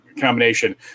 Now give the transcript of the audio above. combination